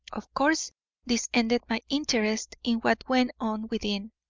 of course this ended my interest in what went on within,